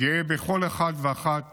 גאה בכל אחד ואחת